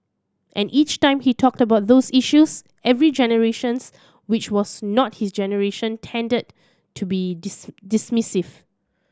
and each time he talked about those issues every generation which was not his generation tended to be dismissive